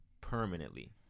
permanently